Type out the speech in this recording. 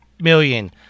million